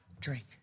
drink